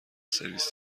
سرویس